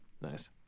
Nice